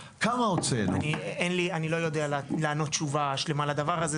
אני לא יודע לענות תשובה שלמה לדבר הזה,